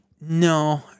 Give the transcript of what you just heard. no